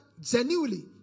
genuinely